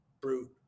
brute